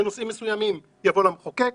בנושאים מסוימים אז הוא יבוא למחוקק,